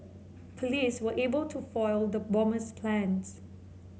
police were able to foil the bomber's plans